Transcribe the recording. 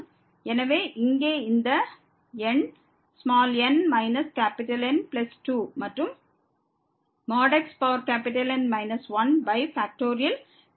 எனவே இங்கே இந்த எண் n N2 மற்றும் xN 1N 1